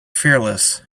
fearless